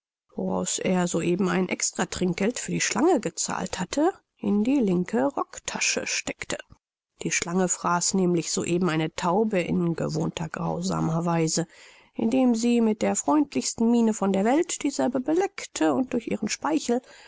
woraus er so eben ein extra trinkgeld für die schlange gezahlt hatte in die linke rocktasche steckte die schlange fraß nämlich so eben eine taube in gewohnter grausamer weise indem sie mit der freundlichsten miene von der welt dieselbe beleckte und durch ihren speichel